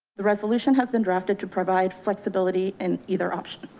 the resolution has been drafted to provide flexibility and either option.